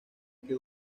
que